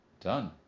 done